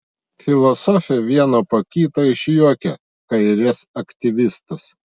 filosofė vieną po kito išjuokė kairės aktyvistus